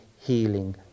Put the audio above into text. healing